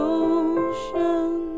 ocean